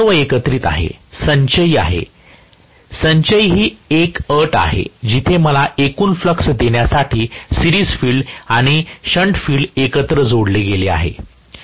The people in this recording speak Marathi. प्रोफेसर हे सर्व एकत्रित आहे संचयी आहे संचयी हि एक अट आहे जिथे मला एकूण फ्लक्स देण्यासाठी सिरिज फील्ड आणि शंट फील्ड एकत्र जोडले गेले आहे